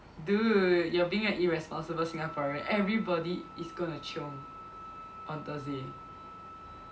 dude you are being an irresponsible Singaporean everybody is going to chiong on Thursday